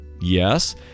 yes